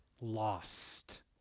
lost